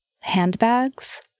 handbags